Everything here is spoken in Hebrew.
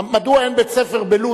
מדוע אין בית-ספר בלוד.